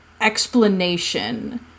explanation